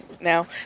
Now